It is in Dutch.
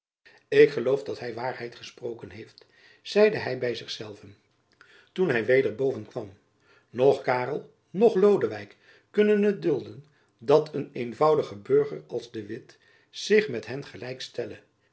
ik geloof dat hy waarheid gesproken heeft zeide hy by zich zelven toen hy weder boven kwam noch karel noch lodewijk kunnen het dulden dat een eenvoudige burger als de witt zich met hen gelijk